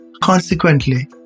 Consequently